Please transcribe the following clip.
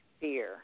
fear